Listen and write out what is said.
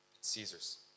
Caesar's